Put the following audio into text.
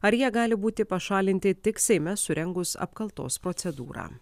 ar jie gali būti pašalinti tik seime surengus apkaltos procedūrą